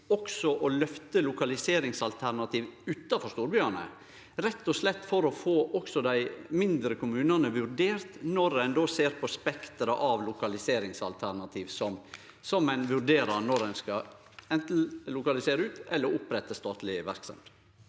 også å løfte lokaliseringsalternativ utanfor storbyane, rett og slett for å få også dei mindre kommunane vurderte når ein vurderer spekteret av lokaliseringsalternativ – anten ein skal lokalisere ut eller opprette statleg verksemd.